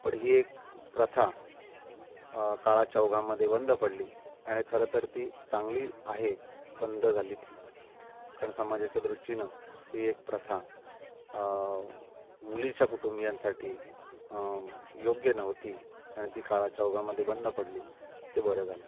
पण ही एक प्रथा काळाच्या ओघामध्ये बंद पडली आणि खरं तर ती चांगली आहे बंद झाली ती कारण समाजाच्या दृष्टीनं ही एक प्रथा मुलीच्या कुटुंबियांसाठी योग्य नव्हती आणि ती काळाच्या ओघामध्ये बंद पडली हे बरं झालं